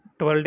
12